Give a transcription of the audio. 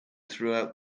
throughout